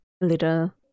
little